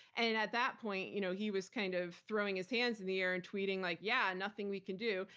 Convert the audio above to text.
and and at that point, you know he was kind of throwing his hands in the air and tweeting like, yeah, nothing we can do,